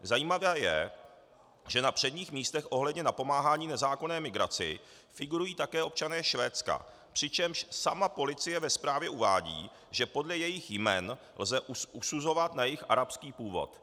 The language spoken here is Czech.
Zajímavé je, že na předních místech ohledně napomáhání nezákonné migraci figurují také občané Švédska, přičemž sama policie ve zprávě uvádí, že podle jejich jmen lze usuzovat na jejich arabský původ.